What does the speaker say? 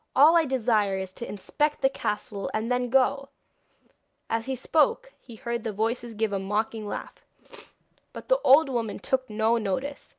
all i desire is to inspect the castle and then go as he spoke he heard the voices give a mocking laugh but the old woman took no notice,